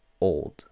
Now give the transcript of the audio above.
old